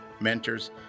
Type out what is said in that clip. mentors